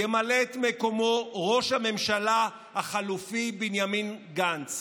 ימלא את מקומו ראש הממשלה החלופי בנימין גנץ.